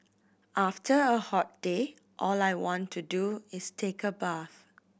after a hot day all I want to do is take a bath